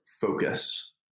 focus